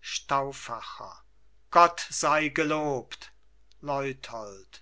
stauffacher gott sei gelobt leuthold